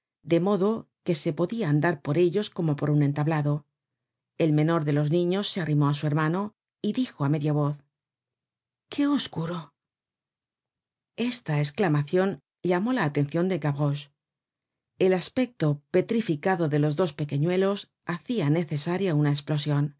de modo que se podia andar por ellos como por un entablado el menor de los niños se arrimó á su hermano y dijo á media voz qué oscuro esta esclamacion llamó la atencion de gavroche el aspecto petrificado de los dos pequeñuelos hacia necesaria una esplosion